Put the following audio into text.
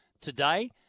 today